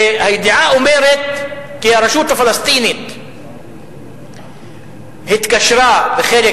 הידיעה אומרת כי הרשות הפלסטינית התקשרה בחלק